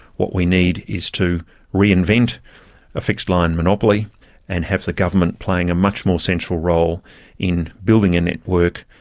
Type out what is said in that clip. what we need is to reinvent a fixed line monopoly and have the government playing a much more central role in building a network,